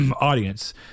audience